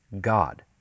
God